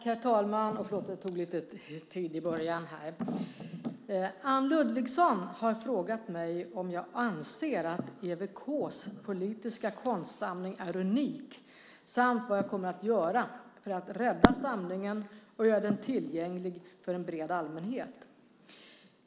Herr talman! Anne Ludvigsson har frågat mig om jag anser att EWK:s politiska konstsamling är unik samt vad jag kommer att göra för att rädda samlingen och göra den tillgänglig för en bred allmänhet.